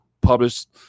published